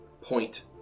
point